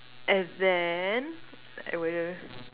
and then wait